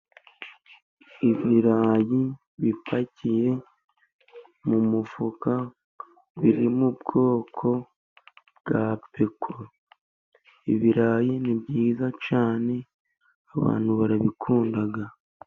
Ibirayi bipakiye mu mufuka, biri mu bwoko bwa peko, ibirayi ni byiza cyane abantu barabikunda.